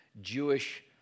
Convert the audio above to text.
Jewish